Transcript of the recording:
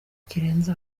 kirenze